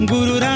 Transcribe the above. Guru